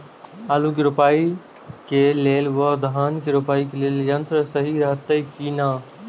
आलु के रोपाई के लेल व धान के रोपाई के लेल यन्त्र सहि रहैत कि ना?